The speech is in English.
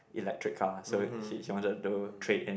electric car so he he wanted to trade in